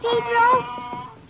Pedro